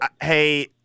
hey